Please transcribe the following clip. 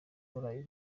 kora